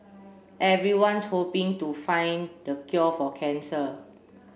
everyone's hoping to find the cure for cancer